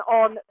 on